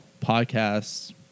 podcasts